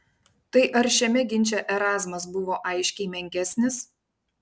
tai ar šiame ginče erazmas buvo aiškiai menkesnis